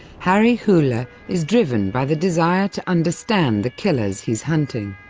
harry hole ah is driven by the desire to understand the killers he is hunting.